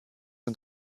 und